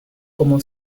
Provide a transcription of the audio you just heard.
como